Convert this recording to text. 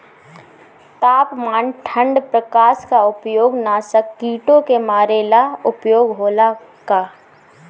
तापमान ठण्ड प्रकास का उपयोग नाशक कीटो के मारे ला उपयोग होला का?